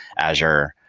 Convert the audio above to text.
azure,